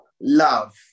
love